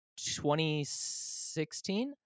2016